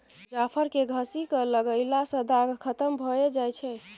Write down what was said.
जाफर केँ घसि कय लगएला सँ दाग खतम भए जाई छै